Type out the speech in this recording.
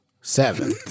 seven